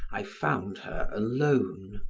i found her alone,